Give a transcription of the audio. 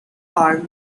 are